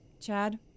Chad